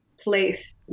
place